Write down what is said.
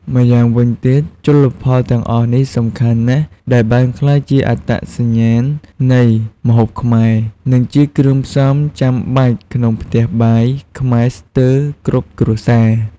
ម្យ៉ាងវិញទៀត ជលផលទាំងអស់នេះសំខាន់ណាស់ ដែលបានក្លាយជាអត្តសញ្ញាណនៃម្ហូបខ្មែរ និងជាគ្រឿងផ្សំចាំបាច់ក្នុងផ្ទះបាយខ្មែរស្ទើរគ្រប់គ្រួសារ។